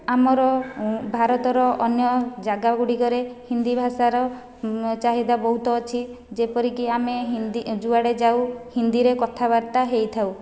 ଆମର ଭାରତର ଅନ୍ୟ ଜାଗା ଗୁଡ଼ିକରେ ହିନ୍ଦୀ ଭାଷାର ଚାହିଦା ବହୁତ ଅଛି ଯେପରିକି ଆମେ ହିନ୍ଦୀ ଯୁଆଡ଼େ ଯାଉ ହିନ୍ଦୀରେ କଥାବାର୍ତ୍ତା ହୋଇଥାଉ